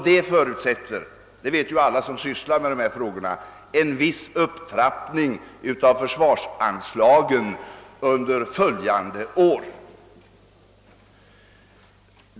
Detta förutsätter, vilket alla som sysslar med de här frågorna vet, en viss upptrappning av försvarsanslagen under kommande år.